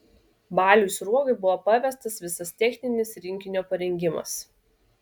baliui sruogai buvo pavestas visas techninis rinkinio parengimas